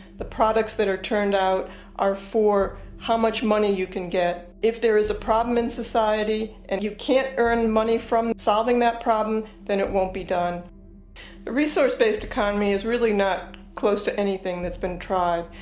products that are turned out are for how much money you can get. if there is a problem in society and you can't earn money from solving that problem, then it won't be done. the resource based economy is really not close to anything that's been tried.